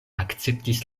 akceptis